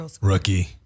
rookie